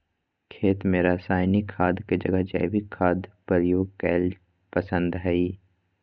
खेत में रासायनिक खाद के जगह जैविक खाद प्रयोग कईल पसंद हई